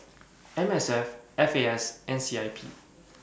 MSF FAS and CIP